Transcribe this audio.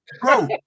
bro